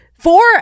Four